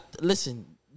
Listen